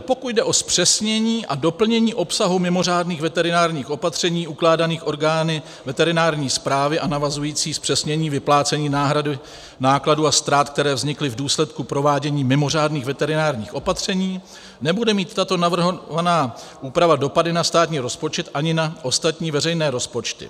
Pokud jde o zpřesnění a doplnění obsahu mimořádných veterinárních opatření ukládaných orgány veterinární správy a navazující zpřesnění vyplácení náhrady nákladů a ztrát, které vznikly v důsledku provádění mimořádných veterinárních opatření, nebude mít tato navrhovaná úprava dopady na státní rozpočet ani na ostatní veřejné rozpočty.